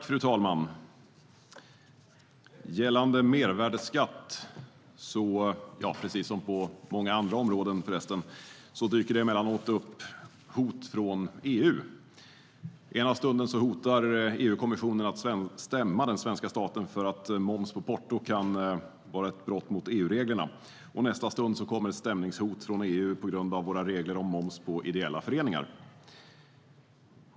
Fru talman! Gällande mervärdesskatt dyker det, precis som på många andra områden, emellanåt upp hot från EU. Ena stunden hotar EU-kommissionen med att stämma den svenska staten för att moms på porto kan vara ett brott mot EU-reglerna. I nästa stund kommer ett stämningshot från EU på grund av våra regler om moms för ideella föreningar.